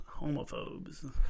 homophobes